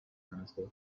minister